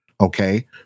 Okay